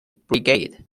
brigade